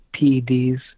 PEDs